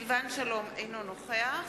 אינו נוכח